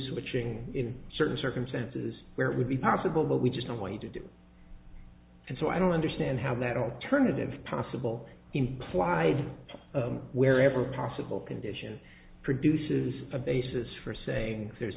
switching in certain circumstances where it would be possible but we just don't want to do and so i don't understand how that alternative possible implied wherever possible condition produces a basis for saying there's